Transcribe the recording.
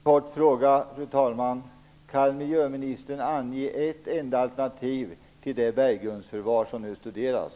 Fru talman! En kort fråga: Kan miljöministern ange ett enda alternativ till det berggrundsförvar som nu studeras?